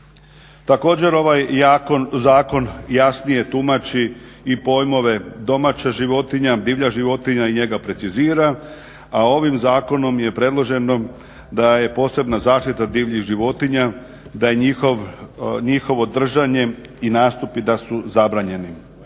Također, ovaj zakon jasnije tumači i pojmove domaća životinja, divlja životinja i njega precizira. A ovim zakonom je predloženo da je posebna zaštita divljih životinja, da je njihovo držanje i nastup i da su zabranjeni.